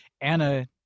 Anna